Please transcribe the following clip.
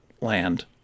land